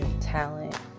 talent